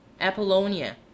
Apollonia